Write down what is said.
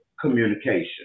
communication